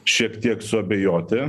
šiek tiek suabejoti